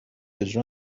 اجرا